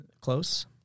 Close